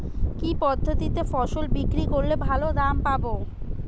কি পদ্ধতিতে ফসল বিক্রি করলে ভালো দাম পাব?